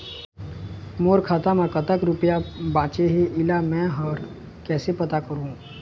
मोर खाता म कतक रुपया बांचे हे, इला मैं हर कैसे पता करों?